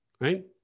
right